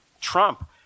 Trump